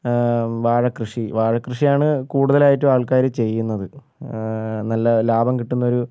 വാഴകൃഷി വാഴ കൃഷിയാണ് കൂടുതലായിട്ടും ആൾക്കാര് ചെയ്യുന്നത് നല്ല ലാഭം കിട്ടുന്ന ഒരു